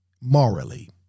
morally